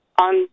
on